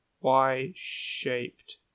Y-shaped